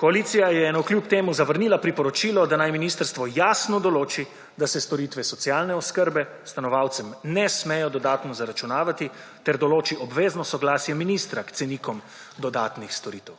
Koalicija je navkljub temu zavrnilo priporočilo, da naj ministrstvo jasno določi da se storitve socialne oskrbe stanovalcem ne smejo dodatno zaračunavati, ter določi obvezno soglasje ministra k cenikom dodatnih storitev.